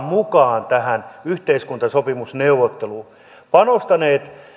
mukaan tähän yhteiskuntasopimusneuvotteluun panostaneet